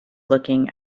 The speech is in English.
looking